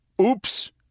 oops